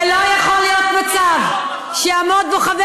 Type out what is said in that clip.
ולא יכול להיות פה מצב שיעמוד חבר